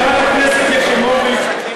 חברת הכנסת יחימוביץ,